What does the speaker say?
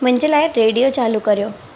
मुंहिंजे लाइ रेडियो चालू करियो